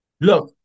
Look